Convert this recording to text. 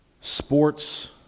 sports